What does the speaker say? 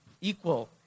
equal